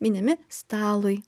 minimi stalui